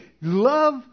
love